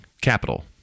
capital